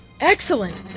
Excellent